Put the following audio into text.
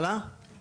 פה